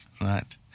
Right